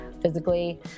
physically